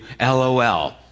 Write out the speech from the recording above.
LOL